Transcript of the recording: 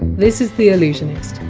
this is the allusionist,